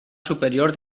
superior